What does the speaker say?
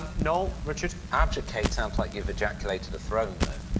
noel, richard? ab jackates sound like you've ejaculated a throne, though.